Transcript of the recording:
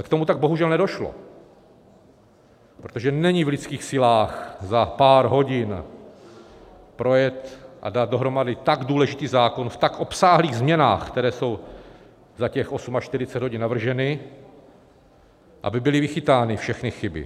Ale k tomu bohužel nedošlo, protože není v lidských silách za pár hodin projet a dát dohromady tak důležitý zákon v tak obsáhlých změnách, které jsou za těch 48 hodin navrženy, aby byly vychytány všechny chyby.